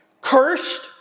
cursed